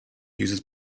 uses